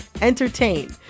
entertain